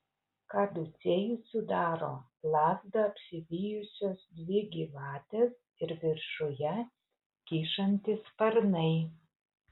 kaducėjų sudaro lazdą apsivijusios dvi gyvatės ir viršuje kyšantys sparnai